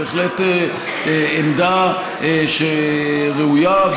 זו בהחלט עמדה ראויה,